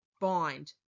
bind